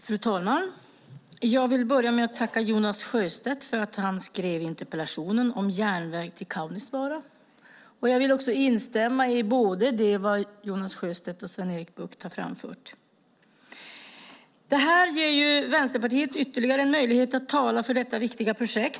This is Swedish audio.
Fru talman! Jag vill börja med att tacka Jonas Sjöstedt för att han ställt interpellationen om järnväg till Kaunisvaara och instämma i det som både Jonas Sjöstedt och Sven-Erik Bucht har framfört. Interpellationen ger Vänsterpartiet ytterligare en möjlighet att tala för detta viktiga projekt.